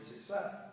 success